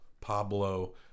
Pablo